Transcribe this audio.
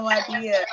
idea